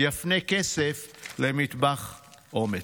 יפנה כסף למטבח אומץ.